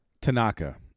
Tanaka